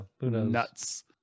nuts